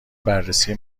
بررسی